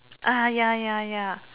ah ya ya ya